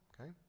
okay